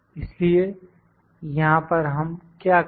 इसलिए यहां पर हम क्या करें